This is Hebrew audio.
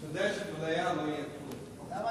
אתה יודע שממילא לא יהיה כלום.